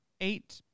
eight